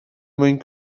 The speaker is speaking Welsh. mwyn